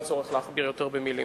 אין צורך להכביר מלים.